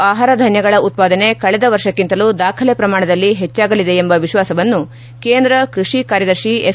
ಆಹಾರ ಧಾನ್ಯಗಳ ಉತ್ಪಾದನೆ ಕಳೆದ ವರ್ಷಕ್ಕಿಂತಲೂ ದಾಖಲೆ ಪ್ರಮಾಣದಲ್ಲಿ ಹೆಚ್ಚಾಗಲಿದೆ ಎಂಬ ವಿಶ್ವಾಸವನ್ನು ಕೇಂದ್ರ ಕೃಷಿ ಕಾರ್ಯದರ್ಶಿ ಎಸ್